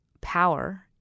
power